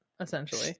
essentially